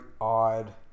odd